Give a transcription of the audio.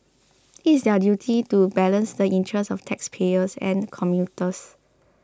it is their duty to balance the interests of taxpayers and commuters